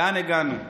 לאן הגענו?